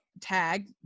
tag